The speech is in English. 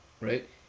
Right